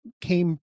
came